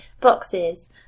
boxes